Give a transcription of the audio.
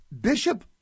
Bishop